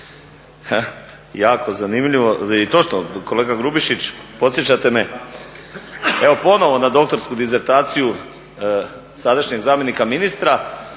ne razumije./…, kolega Grubišić, podsjećate me evo ponovno na doktorsku disertaciju sadašnjeg zamjenika ministra